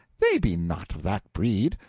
they be not of that breed!